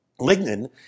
Lignin